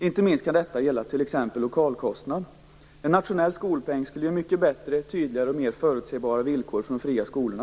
Inte minst kan detta gälla t.ex. lokalkostnader. En nationell skolpeng skulle ge mycket bättre, tydligare och mer förutsebara villkor för de fria skolorna.